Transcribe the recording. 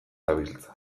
dabiltza